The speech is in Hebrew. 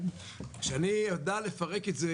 כשאני אדע לפרק את זה,